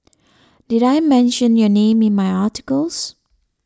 did I mention your name in my articles